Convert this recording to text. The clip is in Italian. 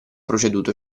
proceduto